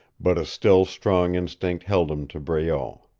but a still strong instinct held him to breault.